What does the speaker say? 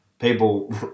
people